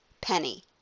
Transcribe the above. penny